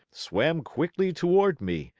swam quickly toward me,